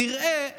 "נראה,